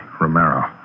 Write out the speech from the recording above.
Romero